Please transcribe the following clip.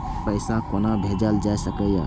पैसा कोना भैजल जाय सके ये